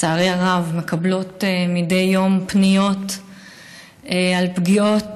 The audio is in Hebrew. לצערי הרב, מקבלות מדי יום פניות על פגיעות